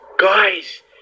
Guys